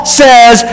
says